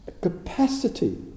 capacity